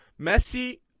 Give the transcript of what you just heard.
messi